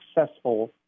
successful